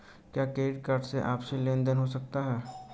क्या credit card से आपसी लेनदेन हो सकता है?